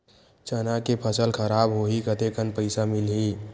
चना के फसल खराब होही कतेकन पईसा मिलही?